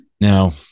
Now